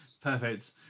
perfect